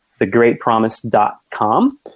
thegreatpromise.com